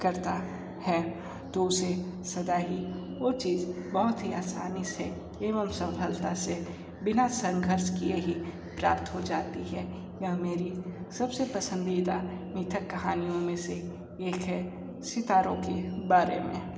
करता है तो उसे सदा ही वो चीज़ बहुत ही आसानी से एवं सफलता से बिना संघर्ष किए ही प्राप्त हो जाती है या मेरी सबसे पसंदीदा मिथक कहानियों में से एक है सितारों के बारे में